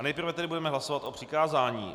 Nejprve tedy budeme hlasovat o přikázání.